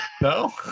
no